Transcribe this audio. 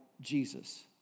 Jesus